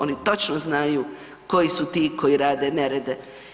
Oni točno znaju koji su ti koji rade nerede.